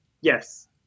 Yes